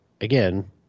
again